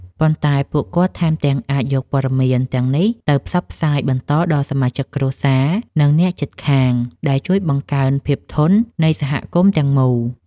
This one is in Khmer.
ប៉ុន្តែពួកគាត់ថែមទាំងអាចយកព័ត៌មានទាំងនេះទៅផ្សព្វផ្សាយបន្តដល់សមាជិកគ្រួសារ និងអ្នកជិតខាង ដែលជួយបង្កើនភាពធន់នៃសហគមន៍ទាំងមូល។